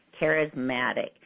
charismatic